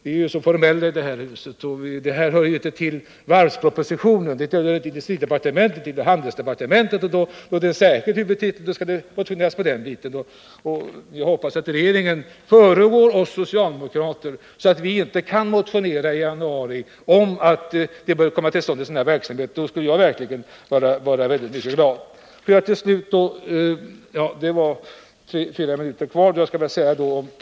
Vi är ju så formella i det här huset, och den här frågan hör inte ihop med varvspropositionen och ligger inte inom industridepartementets verksamhetsområde utan handelsdepartementets — och då är det en annan huvudtitel osv. Men jag hoppas att regeringen förekommer oss socialdemokrater så att vi inte kan motionera i januari om att det bör komma till stånd en sådan här verksamhet. Då skulle jag verkligen bli glad. Jag vill till slut säga något om Projekt 80.